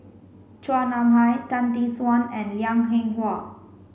Chua Nam Hai Tan Tee Suan and Liang Eng Hwa